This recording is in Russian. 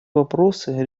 вопросы